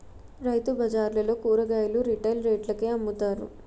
రైతుబజార్లలో కూరగాయలు రిటైల్ రేట్లకే అమ్ముతారు